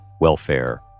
welfare